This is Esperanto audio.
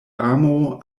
amo